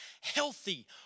healthy